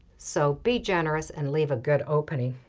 so be generous and leave a good opening.